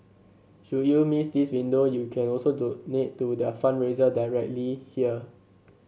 should you miss this window you can also donate to their fundraiser directly here